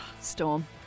Storm